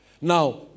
Now